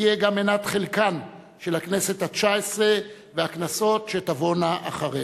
תהיה גם מנת חלקן של הכנסת התשע-עשרה והכנסות שתבואנה אחריה.